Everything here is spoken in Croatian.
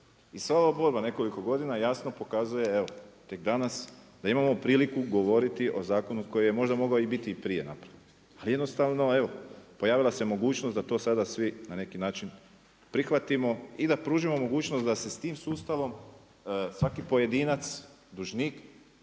I sva ova borba, nekoliko godina, jasno pokazuje, evo tek danas, da imamo priliku govoriti o zakonu, koji je možda mogao biti i prije napravljen, ali jednostavno, evo pojavila se mogućnost da to sada svi na neki način prihvatimo i da pružimo mogućnost da se s tim sustavom, svaki pojedinac, dužnik